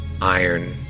iron